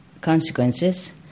consequences